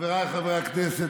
חבריי חברי הכנסת,